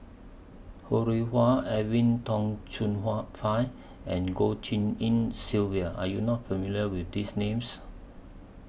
Ho Rih Hwa Edwin Tong Chun Fai and Goh Tshin En Sylvia Are YOU not familiar with These Names